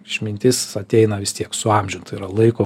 išmintis ateina vis tiek su amžium tai yra laiko